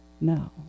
no